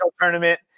tournament